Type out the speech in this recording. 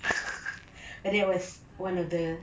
but that was one of the